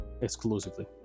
exclusively